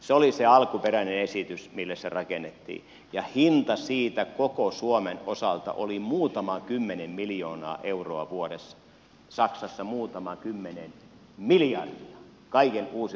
se oli se alkuperäinen esitys mille se rakennettiin ja hinta siitä koko suomen osalta oli muutama kymmenen miljoonaa euroa vuodessa saksassa muutama kymmenen miljardia kaiken uusiutuvan energian osalta